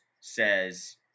says